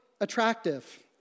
attractive